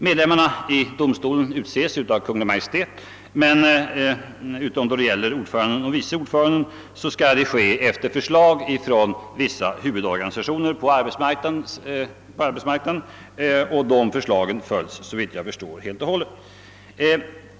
Medlemmarna i domstolen utses av Kungl. Maj:t men, utom då det gäller ordföranden och vice ordföranden, skall detta ske efter förslag från vissa huvudorganisationer på arbetsmarknaden, och de förslagen följs såvitt jag förstår helt och hållet.